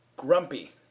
Grumpy